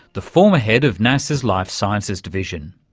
the former head of nasa's life sciences division.